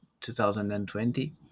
2020